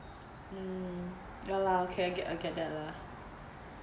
mm ya lah okay I I get that lah